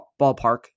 ballpark